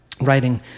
writing